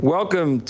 Welcome